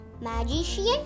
magician